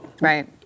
Right